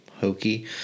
hokey